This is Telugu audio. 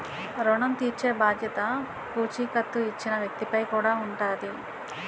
ఋణం తీర్చేబాధ్యత పూచీకత్తు ఇచ్చిన వ్యక్తి పై కూడా ఉంటాది